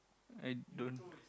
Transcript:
i don't